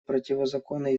противозаконной